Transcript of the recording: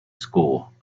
score